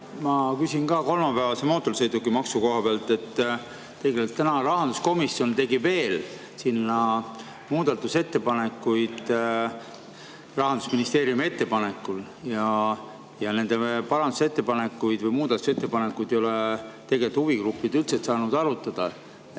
Ma küsin ka kolmapäevase mootorsõidukimaksu eelnõu kohta. Kõigepealt, täna rahanduskomisjon tegi veel sinna muudatusettepanekuid Rahandusministeeriumi ettepanekul ja neid parandusettepanekuid või muudatusettepanekuid ei ole tegelikult huvigrupid üldse saanud arutada.